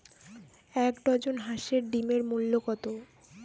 এক ডজন হাঁসের ডিমের মূল্য কত?